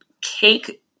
cake